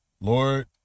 Lord